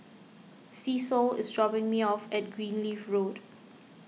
Cecil is dropping me off at Greenleaf Road